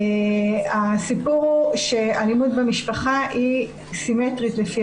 הסיפור הוא שאלימות במשפחה היא סימטרית לפי